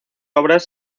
obras